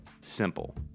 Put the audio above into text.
simple